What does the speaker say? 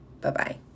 Bye-bye